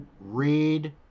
Read